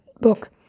book